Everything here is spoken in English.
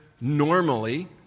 normally